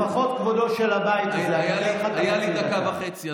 לפחות כבודו של הבית, היו לי דקה וחצי.